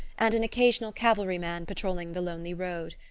and an occasional cavalryman patrolling the lonely road.